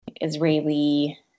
Israeli